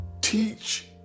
teach